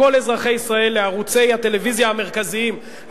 ערוצי הטלוויזיה המרכזיים לכל אזרחי ישראל,